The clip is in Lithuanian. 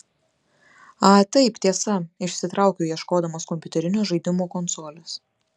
a taip tiesa išsitraukiau ieškodamas kompiuterinio žaidimo konsolės